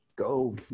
Go